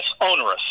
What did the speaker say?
onerous